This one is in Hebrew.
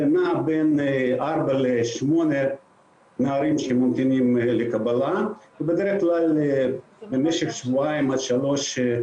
זה נע בין 4 ל-8 נערים שממתינים לקבלה ובדרך כלל במשך שבועיים עד שלושה